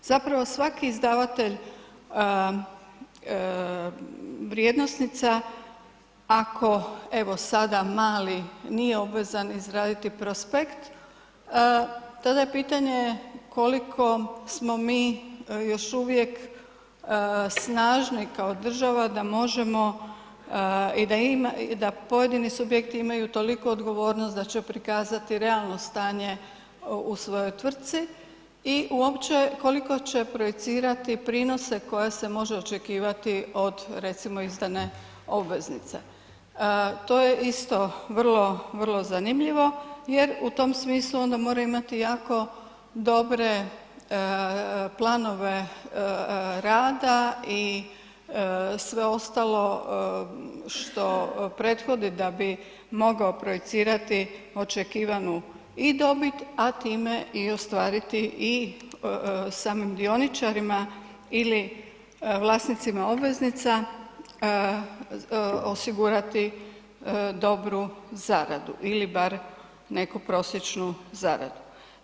Zapravo svaki izdavatelj vrijednosnica ako evo sada mali nije obvezan izraditi prospekt, tada je pitanje koliko smo mi još uvijek snažni kao država da možemo i da pojedini subjekti imaju toliku odgovornost da će prikazati realno stanje u svojoj tvrtci i uopće koliko će projicirati prinose koje se može očekivati od recimo izdane obveznice, to je isto vrlo, vrlo zanimljivo jer u tom smislu onda mora imati jako dobre planove rada i sve ostalo što prethodi da bi mogao projicirati očekivanu i dobit, a time i ostvariti i samim dioničarima ili vlasnicima obveznica osigurati dobru zaradu ili bar neku prosječnu zaradu.